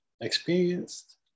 experienced